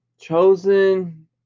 Chosen